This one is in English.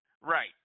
Right